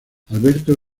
alberto